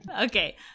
okay